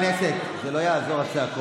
ברצון הטוב שלך?